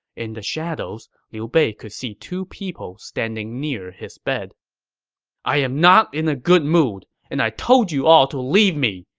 in the shadows, liu bei could see two people standing near his bed i am not in a good mood and i told you all to leave me,